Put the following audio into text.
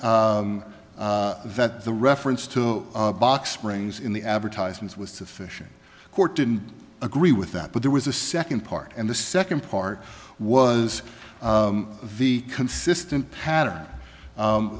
that the reference to the box springs in the advertisements with sufficient court didn't agree with that but there was a second part and the second part was the consistent pattern